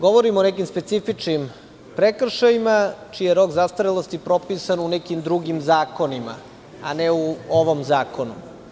Govorim o nekim specifičnim prekršajima čiji je rok zastarelosti propisan u nekim drugim zakonima, a ne u ovom zakonu.